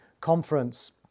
conference